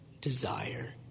desire